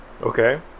Okay